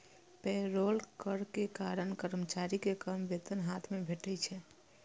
payroll कर के कारण कर्मचारी कें कम वेतन हाथ मे भेटै छै